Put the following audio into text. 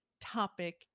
topic